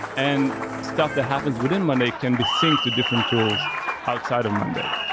and stuff that happens within monday can be synced to different tools outside of monday.